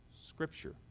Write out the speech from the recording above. scripture